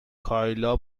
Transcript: کایلا